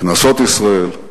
כנסות ישראל,